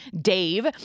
dave